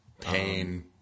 Pain